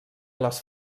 les